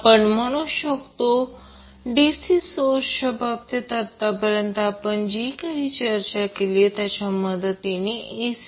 आपण म्हणू शकतो DC सोर्साच्या बाबतीत आत्तापर्यंत आपण जी काही चर्चा केली त्याच्या मदतीने AC